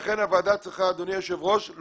לכן הוועדה צריכה לומר: